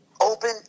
Open